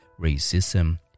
racism